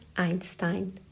Einstein